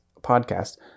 podcast